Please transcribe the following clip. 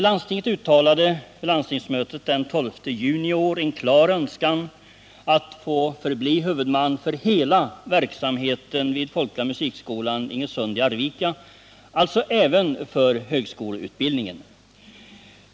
Landstinget uttalade vid landstingsmötet den 12 juni i år en klar önskan att få förbli huvudman för hela verksamheten vid Folkliga musikskolan Ingesund i Arvika, alltså även för högskoleutbildningen.